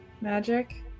magic